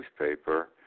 newspaper